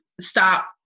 stop